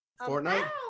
Fortnite